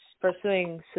pursuing